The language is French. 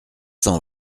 cent